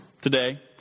today